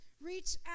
Reach